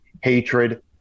hatred